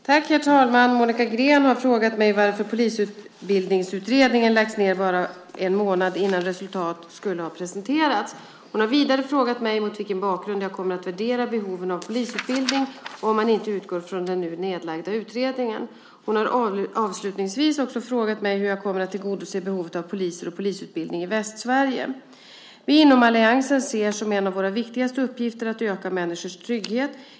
Herr talman! Monica Green har frågat mig varför Polisutbildningsutredningen lagts ned bara en månad innan resultatet skulle ha presenterats. Hon har vidare frågat mig mot vilken bakgrund jag kommer att värdera behoven av polisutbildning om man inte utgår från den nu nedlagda utredningen. Hon har avslutningsvis också frågat mig hur jag kommer att tillgodose behovet av poliser och polisutbildning i Västsverige. Vi i alliansen ser som en av våra viktigaste uppgifter att öka människors trygghet.